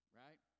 right